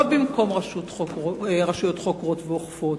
ולא במקום רשויות חוקרות ואוכפות,